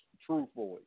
Truthfully